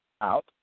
out